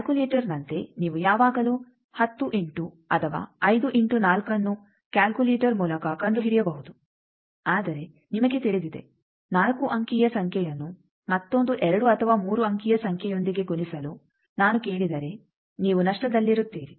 ಕಾಲ್ಕುಲೇಟರ್ನಂತೆ ನೀವು ಯಾವಾಗಲೂ 10 ಇಂಟು ಅಥವಾ 5 ಇಂಟು 4 ಅನ್ನು ಕಾಲ್ಕುಲೇಟರ್ ಮೂಲಕ ಕಂಡುಹಿಡಿಯಬಹುದು ಆದರೆ ನಿಮಗೆ ತಿಳಿದಿದೆ 4 ಅಂಕಿಯ ಸಂಖ್ಯೆಯನ್ನು ಮತ್ತೊಂದು 2 ಅಥವಾ 3 ಅಂಕಿಯ ಸಂಖ್ಯೆಯೊಂದಿಗೆ ಗುಣಿಸಲು ನಾನು ಕೇಳಿದರೆ ನೀವು ನಷ್ಟದಲ್ಲಿರುತ್ತೀರಿ